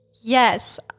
Yes